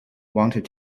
wanted